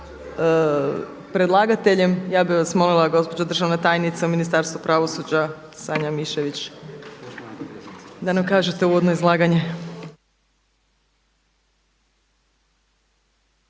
predlagateljem. Ja bih vas molila gospođo državna tajnica u Ministarstvu pravosuđa Sanja Mišević da nam kažete uvodno izlaganje.